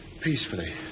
Peacefully